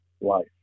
life